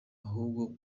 ahubwo